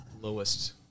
lowest